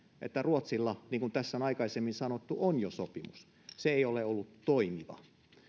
että ruotsilla niin kuin tässä on aikaisemmin sanottu on jo sopimus se ei ole ollut toimiva